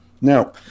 Now